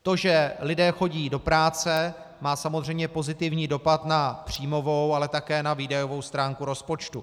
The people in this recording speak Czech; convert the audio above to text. To, že lidé chodí do práce, má samozřejmě pozitivní dopad na příjmovou, ale také na výdajovou stránku rozpočtu.